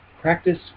practice